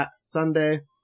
Sunday